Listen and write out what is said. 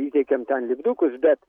įteikiam ten lipdukus bet